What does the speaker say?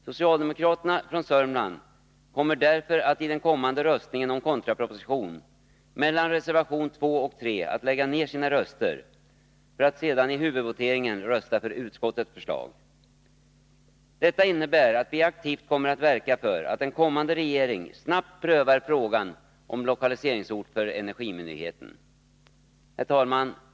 Socialdemokraterna från Sörmland kommer därför i den kommande omröstningen mellan reservationerna 2 och 3 i kontrapropositionsvoteringen att lägga ned sina röster, för att sedan i huvudvoteringen rösta för utskottets förslag. Detta innebär att vi aktivt kommer att verka för att en kommande regering snabbt prövar frågan om lokaliseringsort för energimyndigheten. Herr talman!